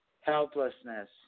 Helplessness